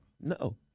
No